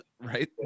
right